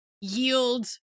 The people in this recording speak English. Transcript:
yield